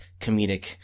comedic